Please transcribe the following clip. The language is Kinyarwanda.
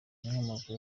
inkomoko